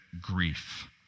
grief